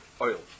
oil